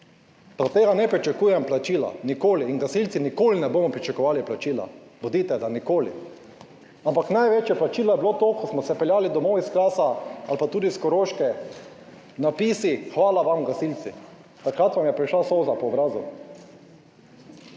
od tega ne pričakujem plačila, nikoli, in gasilci nikoli ne bomo pričakovali plačila, bodite, da nikoli. Ampak največje plačilo je bilo to, ko smo se peljali domov iz Krasa ali pa tudi s Koroške, napisi »Hvala vam, gasilci«. Takrat vam je prišla solza po obrazu